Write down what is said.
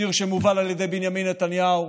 ציר שמובל על ידי בנימין נתניהו,